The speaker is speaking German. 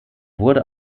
wurde